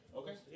okay